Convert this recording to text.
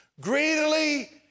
Greedily